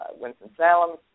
Winston-Salem